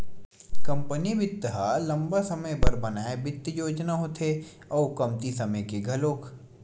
company बित्त ह लंबा समे बर बनाए बित्त योजना होथे अउ कमती समे के घलोक